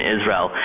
Israel